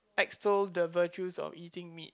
extol the virtues of eating meat